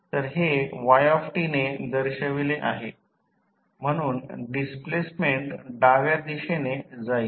तर हे yt ने दर्शविले आहे म्हणून डिस्प्लेसमेंट आडव्या दिशेने जाईल